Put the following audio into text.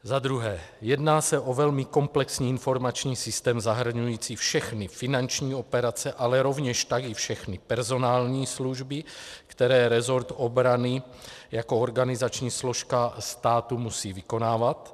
Za druhé, jedná se o velmi komplexní informační systém, zahrnující všechny finanční operace, ale rovněž tak i všechny personální služby, které resort obrany jako organizační složka státu musí vykonávat.